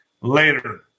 later